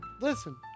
Listen